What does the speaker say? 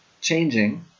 changing